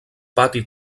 pati